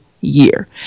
year